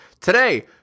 Today